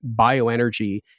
bioenergy